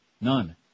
None